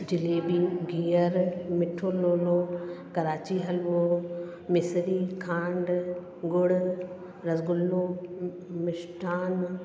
जलेबी गिहर मिठो लोलो कराची हलवो मिसरी खंडु गुड़ रसगुल्लो मिष्ठान